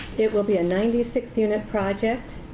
it will be a ninety six unit project,